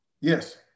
Yes